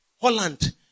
Holland